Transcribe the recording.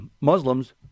Muslims